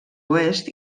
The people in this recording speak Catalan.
oest